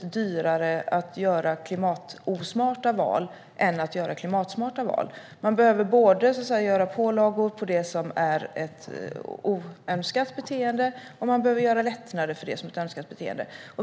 dyrare att göra klimatosmarta val än att göra klimatsmarta val. Man behöver göra både pålagor på det som är ett oönskat beteende och lättnader för det som är ett önskat beteende.